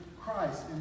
Christ